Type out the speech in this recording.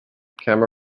camera